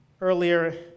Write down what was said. earlier